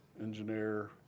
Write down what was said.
engineer